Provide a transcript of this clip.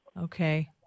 Okay